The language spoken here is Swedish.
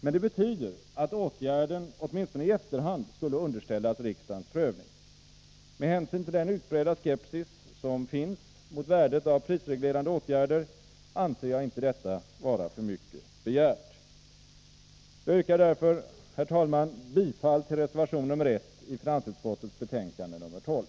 Men det betyder att åtgärden åtminstone i efterhand skulle underställas riksdagens prövning. Med hänsyn till den utbredda skepsis som finns mot värdet av prisreglerande åtgärder anser jag inte detta vara för mycket begärt. Jag yrkar därför, herr talman, bifall till reservation nr 1 till finansutskottets betänkande nr 12.